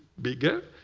bigger.